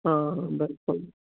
ਹਾਂ ਬਿਲਕੁਲ